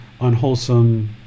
unwholesome